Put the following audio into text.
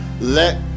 let